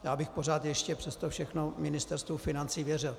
Já bych pořád ještě přes to všechno Ministerstvu financí věřil.